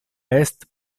pest